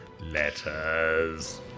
Letters